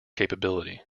capability